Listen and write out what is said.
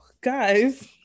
guys